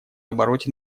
обороте